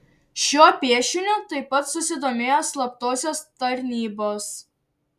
šiuo piešiniu taip pat susidomėjo slaptosios tarnybos